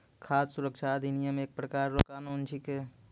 खाद सुरक्षा अधिनियम एक प्रकार रो कानून छिकै